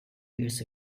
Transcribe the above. years